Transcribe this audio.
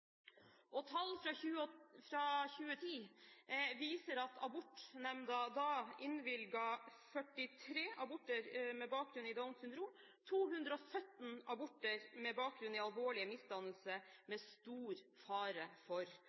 Tall fra 2010 viser at abortnemnda da innvilget 43 aborter med bakgrunn i Downs syndrom og 217 aborter med bakgrunn i alvorlige misdannelser og stor fare for